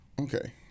Okay